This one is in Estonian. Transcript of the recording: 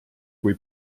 kui